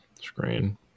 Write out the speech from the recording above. screen